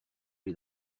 les